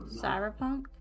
cyberpunk